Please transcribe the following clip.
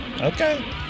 okay